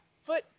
foot